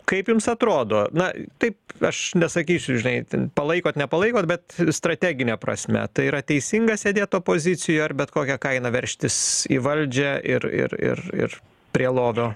kaip jums atrodo na taip aš nesakysiu žinai ten palaikot nepalaikot bet strategine prasme tai yra teisinga sėdėt opozicijoj ar bet kokia kaina veržtis į valdžią ir ir ir ir prie lovio